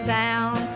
down